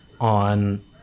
on